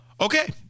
Okay